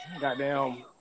Goddamn